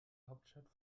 hauptstadt